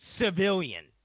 civilian